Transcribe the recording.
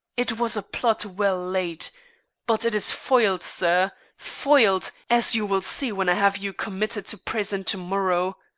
it was a plot well laid but it is foiled, sir, foiled, as you will see when i have you committed to prison to-morrow.